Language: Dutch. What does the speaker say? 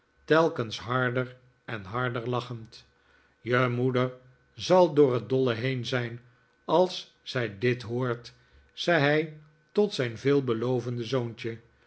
telkens harder en harder lachend je moeder zal door het dolle heen zijn r als zij dit hoort zei hij tot zijn veelbelovende zoontje